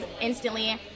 instantly